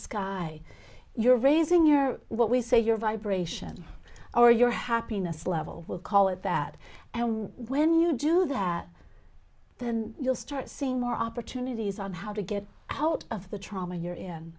sky you're raising your what we say your vibration or your happiness level we'll call it that and when you do that then you'll start seeing more opportunities on how to get out of the trauma you're in